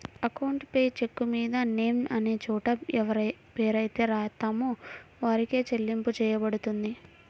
account payee చెక్కుమీద name అనే చోట ఎవరిపేరైతే రాత్తామో వారికే చెల్లింపు చెయ్యబడుతుంది